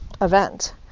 event